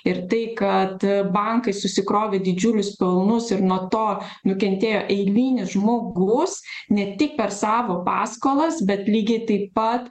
ir tai kad bankai susikrovė didžiulius pelnus ir nuo to nukentėjo eilinis žmogus ne tik per savo paskolas bet lygiai taip pat